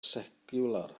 seciwlar